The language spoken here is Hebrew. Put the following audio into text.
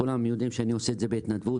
כולם יודעים שאני עושה את זה בהתנדבות.